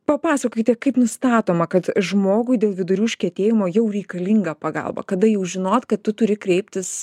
papasakokite kaip nustatoma kad žmogui dėl vidurių užkietėjimo jau reikalinga pagalba kada jau žinot kad tu turi kreiptis